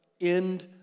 end